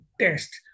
test